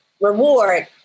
reward